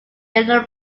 yellow